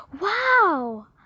Wow